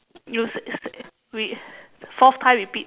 you s~ s~ we fourth time repeat